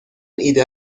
ایده